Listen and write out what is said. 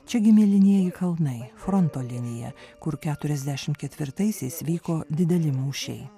čiagi mėlynieji kalnai fronto linija kur keturiasdešimt ketvirtaisiais vyko dideli mūšiai